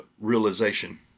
realization